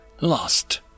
lost